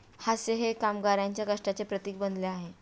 हास्य हे कामगारांच्या कष्टाचे प्रतीक बनले आहे